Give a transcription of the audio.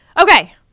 Okay